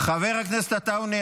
חבר הכנסת עטאונה,